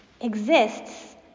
exists